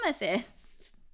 amethyst